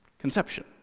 conception